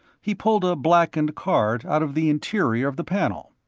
he pulled a blackened card out of the interior of the panel.